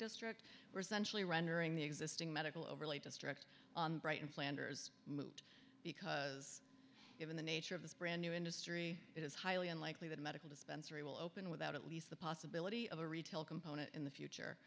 district were centrally rendering the existing medical overlay district on brighton flanders moot because given the nature of this brand new industry it is highly unlikely that medical dispensary will open without at least the possibility of a retail component in the future